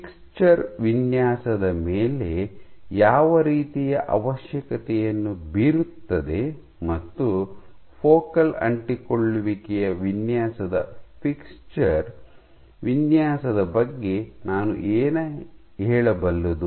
fixture ವಿನ್ಯಾಸದ ಮೇಲೆ ಯಾವ ರೀತಿಯ ಅವಶ್ಯಕತೆಯನ್ನು ಬೀರುತ್ತದೆ ಮತ್ತು ಫೋಕಲ್ ಅಂಟಿಕೊಳ್ಳುವಿಕೆಯ ವಿನ್ಯಾಸದ ಫಿಕ್ಸ್ಚರ್ ವಿನ್ಯಾಸದ ಬಗ್ಗೆ ನಾನು ಏನು ಹೇಳಬಲ್ಲುದು